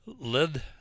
led